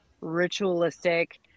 ritualistic